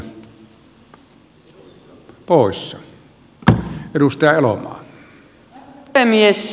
arvoisa puhemies